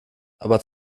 aber